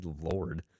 Lord